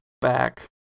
back